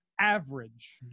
average